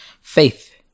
faith